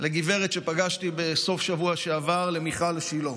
לגברת שפגשתי בסוף שבוע שעבר, למיכל שילה,